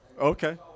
Okay